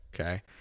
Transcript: Okay